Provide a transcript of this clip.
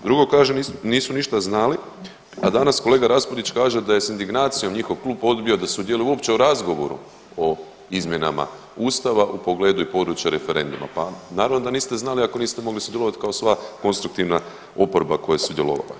Drugo, kažu nisu ništa znali, a danas kolega Raspudić kaže da je s indignacijom njihov klub odbio da sudjeluje uopće u razgovoru o izmjenama Ustava i pogledu i područja referenduma, pa naravno da niste znali ako niste mogli sudjelovati kao sva konstruktivna oporba koja je sudjelovala.